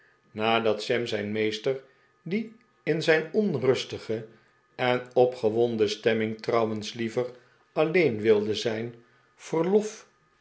at sam zijn meester die in zijn onrustige en opgewonden stemming trouwens liever alleen wilde zijn verlof